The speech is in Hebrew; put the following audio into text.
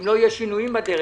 אם לא יהיו שינויים בדרך,